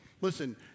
Listen